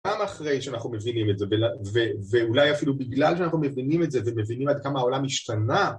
פעם אחרי שאנחנו מבינים את זה, ואולי אפילו בגלל שאנחנו מבינים את זה ומבינים עד כמה העולם השתנה